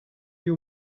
you